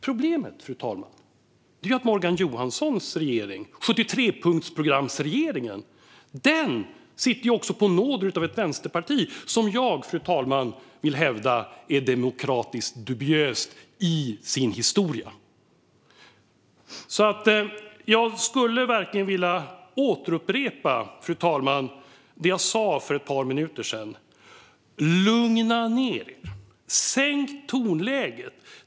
Problem, fru talman, är ju att Morgan Johanssons regering - 73-punktsprogramsregeringen - sitter på nåder av ett vänsterparti som jag vill hävda är demokratiskt dubiöst i sin historia. Fru talman! Jag skulle verkligen vilja upprepa det jag sa för ett par minuter sedan: Lugna ned er! Sänk tonläget!